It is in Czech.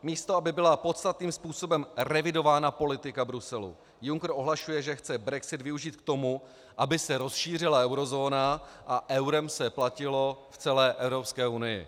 Místo aby byla podstatným způsobem revidována politika Bruselu, Juncker ohlašuje, že chce brexit využít k tomu, aby se rozšířila eurozóna a eurem se platilo v celé Evropské unii.